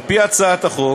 על-פי הצעת החוק